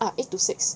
ah eight to six